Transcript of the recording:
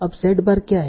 अब z बार क्या है